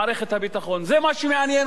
זה מה שמעניין אותו בכל החיים,